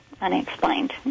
unexplained